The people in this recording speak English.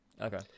Okay